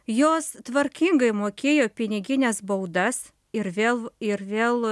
jos tvarkingai mokėjo pinigines baudas ir vėl ir vėl